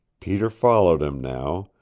peter followed him now,